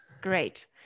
Great